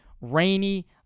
rainy